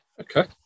okay